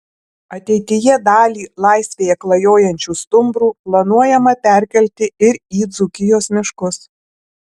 ateityje dalį laisvėje klajojančių stumbrų planuojama perkelti ir į dzūkijos miškus